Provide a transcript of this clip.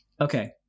Okay